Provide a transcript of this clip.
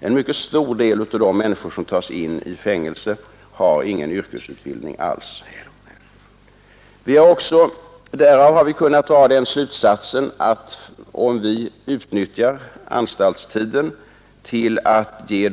En mycket stor del av de människor som tas in i fängelse har ingen yrkesutbildning alls. Vi har av detta kunnat dra den slutsatsen att om vi utnyttjar anstaltstiden till att ge